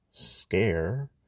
scare